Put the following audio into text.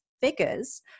figures